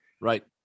Right